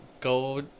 go